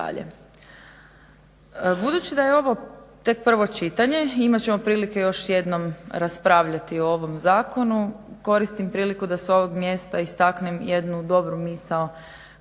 Budući da je ovo tek prvo čitanje i imat ćemo prilike još jednom raspravljati o ovom zakonu koristim priliku da s ovog mjesta istaknem jednu dobru misao